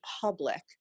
public